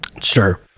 Sure